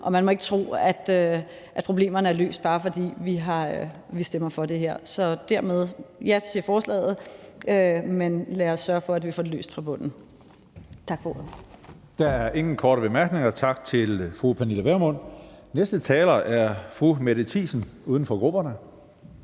og man må ikke tro, at problemerne er løst, bare fordi vi stemmer for det her. Dermed stemmer vi ja til forslaget, men lad os sørge for, at vi får det løst fra bunden. Tak for ordet. Kl. 15:11 Tredje næstformand (Karsten Hønge): Der er ingen korte bemærkninger. Tak til fru Pernille Vermund. Næste taler er fru Mette Thiesen, uden for grupperne.